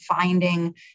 finding